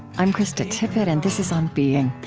i'm krista tippett, and this is on being.